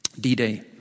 D-Day